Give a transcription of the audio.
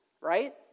right